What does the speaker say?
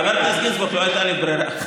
חבר הכנסת גינזבורג, לא הייתה לי ברירה.